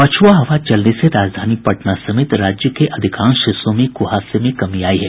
पछ्आ हवा चलने से राजधानी पटना समेत राज्य के अधिकांश हिस्सों में कहासे में कमी आई है